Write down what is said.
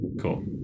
Cool